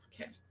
Okay